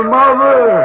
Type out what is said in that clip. mother